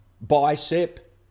BICEP